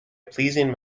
pleasing